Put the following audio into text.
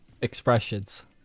expressions